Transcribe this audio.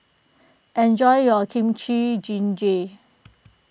enjoy your Kimchi Jjigae